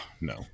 no